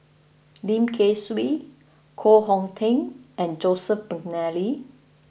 Lim Kay Siu Koh Hong Teng and Joseph McNally